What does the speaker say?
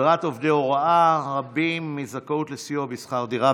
הדרת עובדי הוראה רבים מהזכאות לסיוע בשכר דירה.